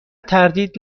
تردید